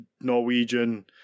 Norwegian